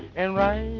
and